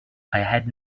had